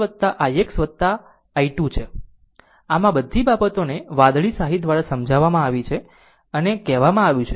આમ આ બધી બાબતોને વાદળી શાહી દ્વારા સમજાવવામાં આવી છે અને કહેવામાં આવ્યું છે